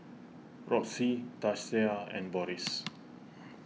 Roxie Tasia and Boris